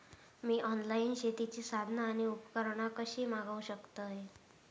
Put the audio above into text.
मी online शेतीची साधना आणि उपकरणा कशी मागव शकतय?